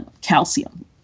calcium